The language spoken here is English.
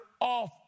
off